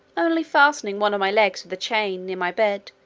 only fastening one of my legs with a chain, near my bed,